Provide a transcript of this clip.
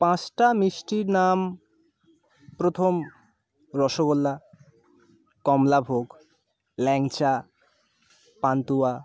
পাঁচটা মিষ্টির নাম প্রথম রসগোল্লা কমলাভোগ ল্যাংচা পান্তুয়া